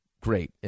great